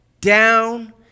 down